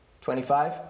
Twenty-five